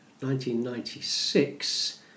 1996